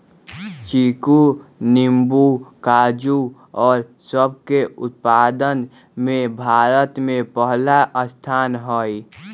चीकू नींबू काजू और सब के उत्पादन में भारत के पहला स्थान हई